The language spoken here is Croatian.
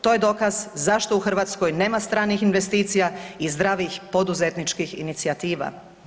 To je dokaz zašto u Hrvatskoj nema stranih investicija i zdravih poduzetničkih inicijativa.